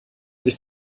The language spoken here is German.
sich